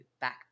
back